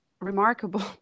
remarkable